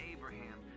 Abraham